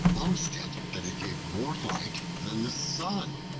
boasted that it gave more light than the sun.